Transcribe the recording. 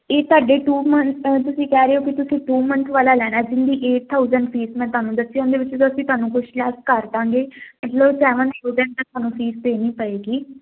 ਇਹ ਤੁਹਾਡੇ ਤੁਸੀਂ ਕਹਿ ਰਹੇ ਹੋ ਕਿ ਤੁਸੀਂ ਟੂ ਮੰਥ ਵਾਲਾ ਲੈਣਾ ਜਿਨਦੀ ਏਟ ਥਾਊਜੈਂਟ ਫੀਸ ਮੈਂ ਤੁਹਾਨੂੰ ਦੱਸੀ ਉਹਦੇ ਵਿੱਚ ਅਸੀਂ ਤੁਹਾਨੂੰ ਕੁਝ ਲੈਸ ਕਰਦਾਂਗੇ ਮਤਲਬ ਸੈਵਨ ਸਟੂਡੈਂਟ ਨੇ ਤੁਹਾਨੂੰ ਫੀਸ ਦੇਣੀ ਪਏਗੀ